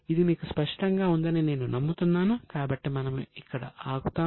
ఇది మీకు స్పష్టంగా ఉందని నేను నమ్ముతున్నాను కాబట్టి మనము ఇక్కడ ఆగుతాము